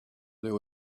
there